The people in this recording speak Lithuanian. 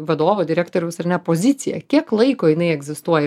vadovo direktoriaus ar ne pozicija kiek laiko jinai egzistuoja universitetai